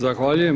Zahvaljujem.